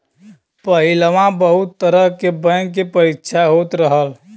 पहिलवा बहुत तरह के बैंक के परीक्षा होत रहल